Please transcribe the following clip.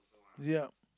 yeah